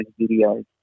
videos